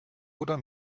oder